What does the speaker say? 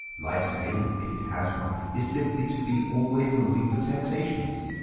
life's aim, if it has one, is simply to be always looking for temptations.